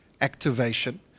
activation